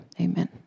Amen